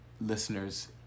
listeners